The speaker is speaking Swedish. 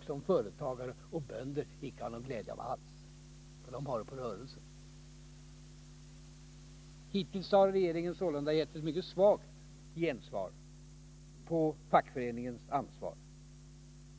har företagare och bönder inte någon glädje alls av det avdraget, för de tar sådana kostnader på rörelsen. Hittills har regeringen sålunda gett ett mycket svagt gensvar på fackföreningsrörelsens ansvar.